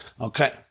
Okay